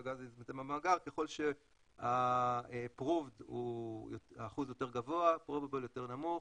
ככל שה- provedהוא אחוז יותר גבוה ה- probableיותר נמוך